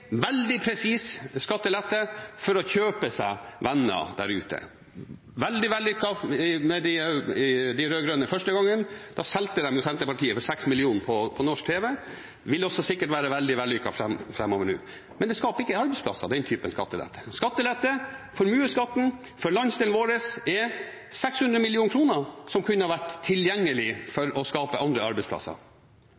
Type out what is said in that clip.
veldig presis skattelette for å kjøpe seg venner der ute. Veldig vellykket med de rød-grønne første gangen! Da solgte de Senterpartiet for 6 mill. kr på norsk tv, og det vil sikkert være veldig vellykket framover også. Men den type skattelette skaper ikke arbeidsplasser. Skattelette i formuesskatten for landsdelen vår er 600 mill. kr. som kunne vært tilgjengelig